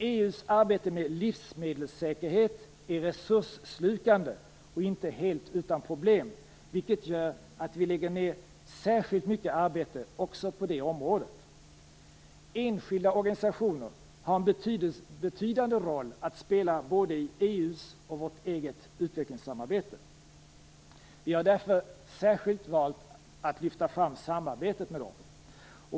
EU:s arbete med livsmedelssäkerhet är resursslukande och inte helt utan problem, vilket gör att vi lägger ned särskilt mycket arbete också på detta område. Enskilda organisationer har en betydande roll att spela både i EU:s och vårt eget utvecklingssamarbete. Vi har därför särskilt valt att lyfta fram samarbetet med dem.